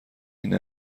این